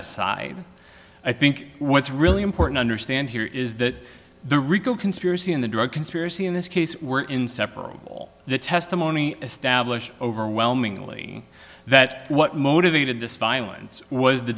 aside i think what's really important understand here is that the rico conspiracy and the drug conspiracy in this case were inseparable the testimony established overwhelmingly that what motivated this violence was the